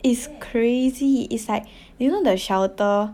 is crazy it's like you know the shelter